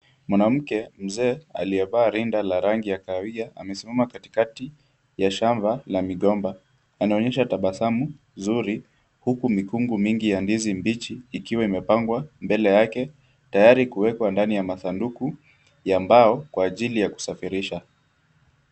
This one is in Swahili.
Mwanamke mzee aliyevaa linda la rangi ya kahawia amesimama katikati ya shamba ya migomba. Anaonyesha tabasamu zuri huku mikungu mingi ya ndizi mbichi ikiwa imepangwa mbele yake tayari kuwekwa ndani ya masanduku ya mbao kwa ajili ya kusafirisha.